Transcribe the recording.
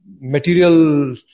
material